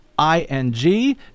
I-N-G